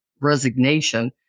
resignation